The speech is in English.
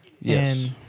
Yes